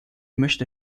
möchte